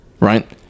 right